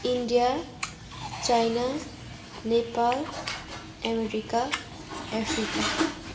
India China Nepal America Africa